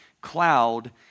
cloud